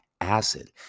acid